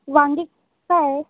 वांगी काय आहे